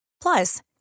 Plus